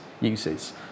uses